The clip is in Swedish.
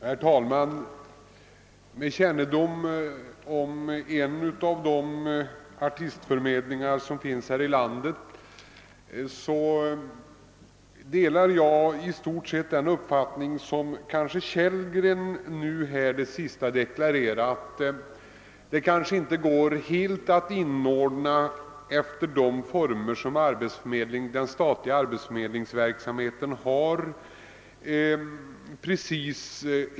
Herr talman! Med kännedom om en av de artistförmedlingar som finns här i landet delar jag i stort sett den uppfattning som herr Kellgren nu senast deklarerade, nämligen att de enskilda förmedlingarna kanske inte helt går att inordna i formerna för den statliga arbetsförmedlingsverksamheten.